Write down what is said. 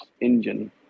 engine